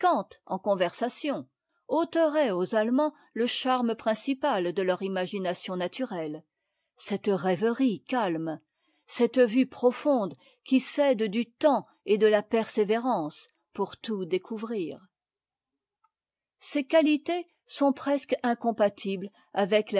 en conversation ôterait aux allemands le charme principal de leur imagination naturelle cette rêverie calme cette vue profonde qui s'aide du temps et de la persévérance pour tout découvrir ces qualités sont presque incompatibles avec